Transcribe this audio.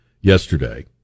yesterday